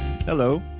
Hello